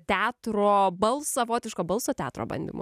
teatro balso savotiško balso teatro bandymų